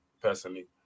personally